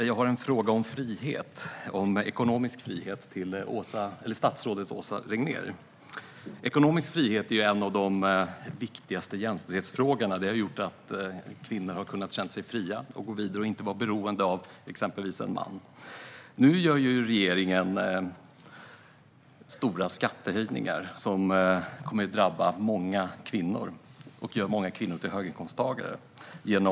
Herr talman! Jag har en fråga till statsrådet Åsa Regnér om ekonomisk frihet. Ekonomisk frihet är en av de viktigaste jämställdhetsfrågorna. Den har gjort att kvinnor har kunnat känna sig fria att gå vidare och inte vara beroende av exempelvis en man. Nu gör regeringen stora skattehöjningar på jobb. Detta kommer att drabba många kvinnor och göra många kvinnor till höginkomsttagare.